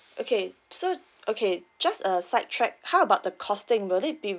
okay so okay just a sidetrack how about the costing will it be